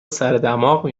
سردماغ